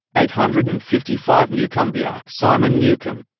eight hundred and fifty five newcombia so um and newcombia